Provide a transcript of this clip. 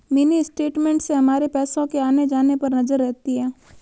mini statement से हमारे पैसो के आने जाने पर नजर रहती है